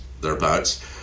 thereabouts